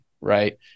Right